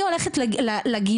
אני הולכת לגינה,